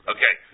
Okay